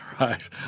Right